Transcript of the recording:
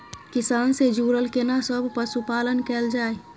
किसान से जुरल केना सब पशुपालन कैल जाय?